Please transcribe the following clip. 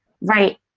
right